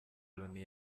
loni